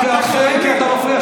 אתה, אתה קורא לי?